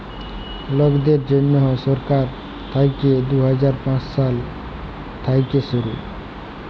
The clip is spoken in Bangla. লকদের জ্যনহে সরকার থ্যাইকে দু হাজার পাঁচ সাল থ্যাইকে শুরু